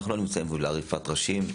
אנחנו לא נמצאים פה לעריפת ראשים.